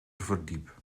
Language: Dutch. verdiep